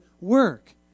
work